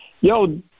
yo